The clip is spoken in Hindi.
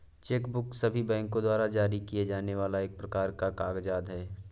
चेक बुक सभी बैंको द्वारा जारी किए जाने वाला एक प्रकार का कागज़ात है